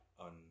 on